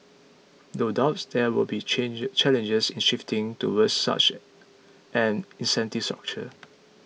no doubt there will be changes challenges in shifting towards such an incentive structure